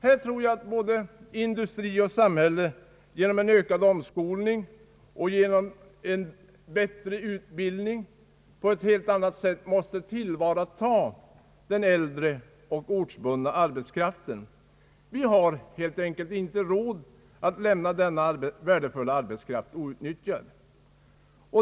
Här måste både industri och samhälle genom en ökad omskolning och en bättre utbildning på ett helt annat sätt tillvarata den äldre och ortbundna arbetskraften. Vi har helt enkelt inte råd att lämna denna värdefulla arbetskraft outnyttjad.